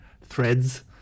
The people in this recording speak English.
Threads